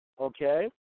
Okay